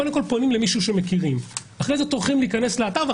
קודם כל פונים למישהו שמכירים ואחר כך טורחים להיכנס לאתר.